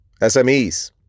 SMEs